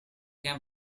camp